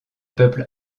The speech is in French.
peuples